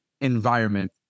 environment